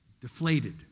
deflated